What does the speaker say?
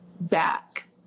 back